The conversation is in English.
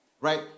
right